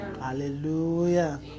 Hallelujah